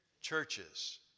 churches